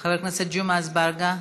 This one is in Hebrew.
חבר הכנסת ג'מעה אזברגה,